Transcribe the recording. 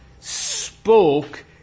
spoke